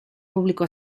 público